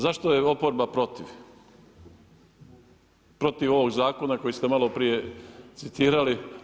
Zašto je oporba protiv, protiv ovoga zakona kojeg ste malo prije citirali?